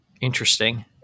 interesting